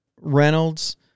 Reynolds